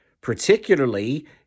Particularly